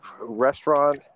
restaurant